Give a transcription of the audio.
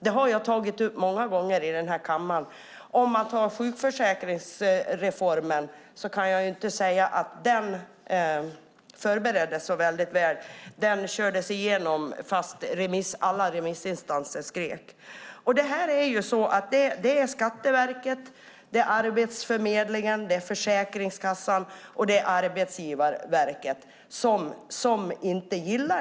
Det har jag tagit upp många gånger i den här kammaren. Vi kan ta sjukförsäkringsreformen som exempel. Jag kan inte säga att den förbereddes särskilt väl. Den kördes igenom fastän alla remissinstanser protesterade. Skatteverket, Arbetsförmedlingen, Försäkringskassan och Arbetsgivarverket gillar inte detta.